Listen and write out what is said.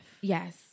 Yes